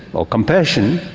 or compassion,